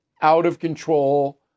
out-of-control